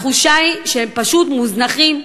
התחושה היא שהם פשוט מוזנחים.